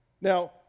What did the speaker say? Now